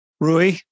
Rui